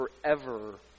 forever